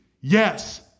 Yes